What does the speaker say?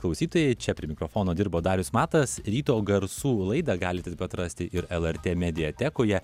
klausytojai čia prie mikrofono dirbo darius matas ryto garsų laidą galite taip pat rasti ir lrt mediatekoje